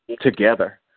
together